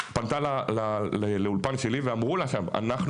פנתה לאולפן שלי ואמרו לה שם אנחנו